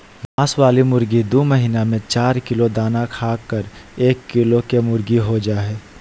मांस वाली मुर्गी दू महीना में चार किलो दाना खाकर एक किलो केमुर्गीहो जा हइ